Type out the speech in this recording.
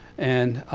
and